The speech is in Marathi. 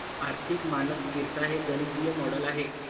आर्थिक मानक स्तिरता हे गणितीय मॉडेल आहे